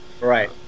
Right